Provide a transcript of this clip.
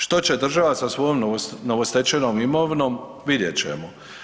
Što će država sa svojom novostečenom imovinom, vidjet ćemo.